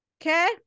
Okay